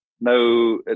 No